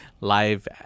live